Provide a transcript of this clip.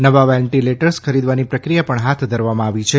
નવા વેન્ટીલેટર્સ ખરીદવાની પ્રક્રિયા પણ હાથ ધરવામાં આવી છે